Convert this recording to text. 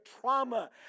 trauma